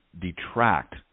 detract